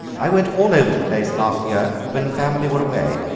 i went all over the place last year when the family were away.